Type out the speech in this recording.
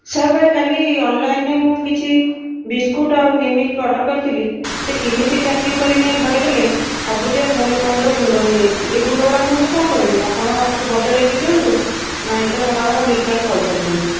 ସାହୁ ଭାଇ କାଲି ଅନ୍ଲାଇନ୍ ରେ ମୁଁ କିଛି ବିସ୍କୁଟ୍ ଆଉ ନିମିକି ଅର୍ଡ଼ର କରିଥିଲି ସେ କେମିତି ପ୍ୟାକିଂ କରି ନେଇ ଘରେ ଦେଲେ ସବୁତିକ ଘରେ ପହଞ୍ଚିଲା ବେଳକୁ ଗୁଣ୍ଡ ହୋଇଯାଇଛି ଏ ଗୁଣ୍ଡ ଗୁଡ଼ାକ ମୁଁ ଏବେ କଣ କରିବି ଆପଣ ୟାକୁ ବଦଳେଇକି ଦିଅନ୍ତୁ ନାହିଁ ତ ମୋର ରିଟର୍ନ ପଇସା ଦିଅନ୍ତୁ